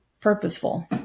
purposeful